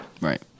Right